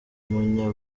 umunya